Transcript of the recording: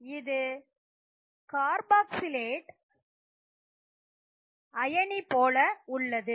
இது கார்பாக்சிலேட் அயனி போல உள்ளது